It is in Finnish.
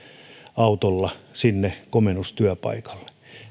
autolla sinne komennustyöpaikalle